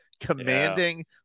commanding